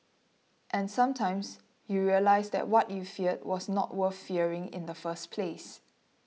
and sometimes you realise that what you feared was not worth fearing in the first place